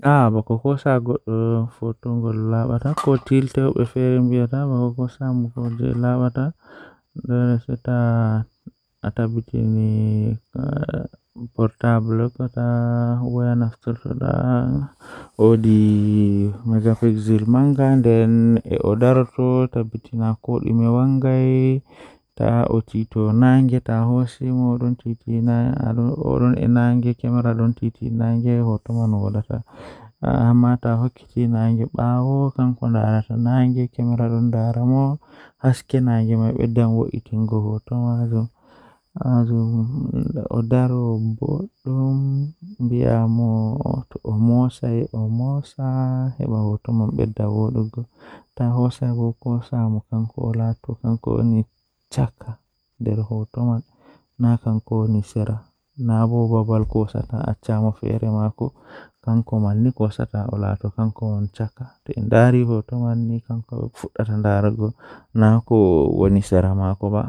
Waawataa njiddude fingernails ngal toŋngol ngal ngam hokka ngal he fingernails ngal. Hokkondir fingernails ngal so tawii waawataa njiddaade toŋngol ngal ngam njiddaade kadi ɓuri. Jokkondir fingernails ngal e safu, waawataa jokkondir no waawataa njiddaade.